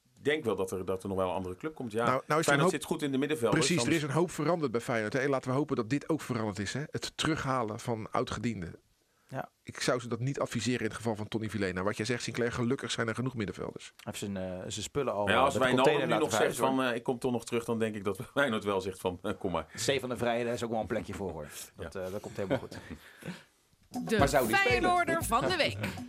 Ik denk wel dat er- dat er nog wel een andere club komt, ja. Nou- nou is er Feyenoord een hoop- zit goed in de middenvelders, Precies, er anders- is een hoop veranderd bij Feyenoord, hè? Laten we hopen dat dit ook veranderd is, hè? Het terughalen van oud-gedienden. Ja. Ik zou ze dat niet adviseren in het geval van Tonny Vilhena. Wat jij zegt, Sinclair, gelukkig zijn er genoeg middenvelders. Hij heeft zijn, eh, zijn spullen al, Maar ja, eh, als met de Wijnaldum container nu laten nog verhuizen, zegt hoor. van, eh, ik kom toch nog terug, dan denk ik dat Feyenoord wel zegt van, eh, kom maar. Stefan de Vrij, daar is ook wel een plekje voor, hoor. Dat, Ja. eh, dat komt helemaal goed. De Maar zou die Feyenoorder spelen? van de week.